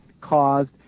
caused